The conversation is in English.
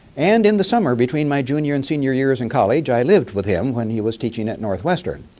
and in the summer between my junior and senior years in college, i lived with him when he was teaching at northwestern.